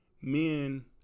men